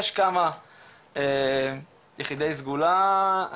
יש כמה יחידי סגולה,